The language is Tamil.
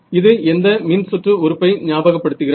இது எந்த மின்சுற்று உறுப்பை ஞாபகப்படுத்துகிறது